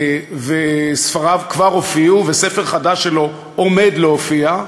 וספריו כבר הופיעו, וספר חדש שלו עומד להופיע.